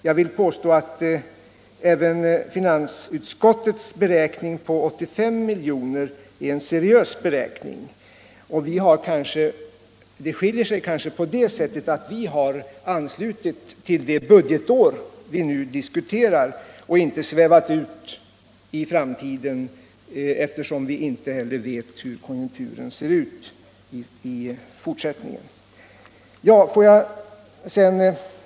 Jag vill påstå att även finansutskottets beräkning på 85 milj.kr. är seriös. Skillnaden ligger kanske i att vi har anknutit till det budgetår som nu diskuteras och inte svävat ut i framtiden eftersom vi inte vet hur konjunkturen ser ut i fortsättningen.